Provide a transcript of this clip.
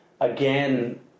again